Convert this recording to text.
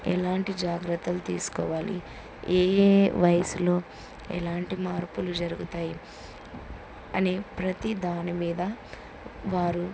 ఎలాంటి జాగ్రత్తలు తీసుకోవాలి ఏ ఏ వయసులో ఎలాంటి మార్పులు జరుగుతాయి అని ప్రతి దాని మీద వారు